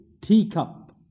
teacup